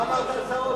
מה אמרת על שר האוצר?